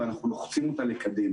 לקדם, ואנחנו לוחצים אותה לקדם.